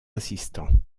assistants